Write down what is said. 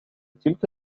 تلك